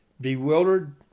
Bewildered